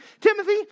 Timothy